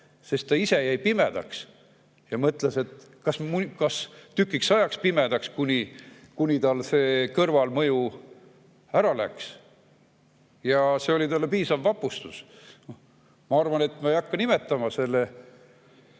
sest ta ise jäi pimedaks, ja tükiks ajaks pimedaks, kuni tal see kõrvalmõju ära läks. See oli talle piisav vapustus. Ma arvan, et ma ei hakka nimetama selle